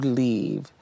leave